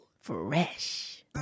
Fresh